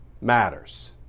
matters